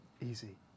Easy